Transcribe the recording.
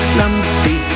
lumpy